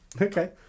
Okay